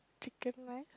chicken rice